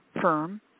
firm